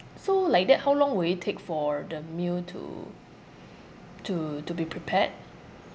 so like that how long will it take for the meal to to to be prepared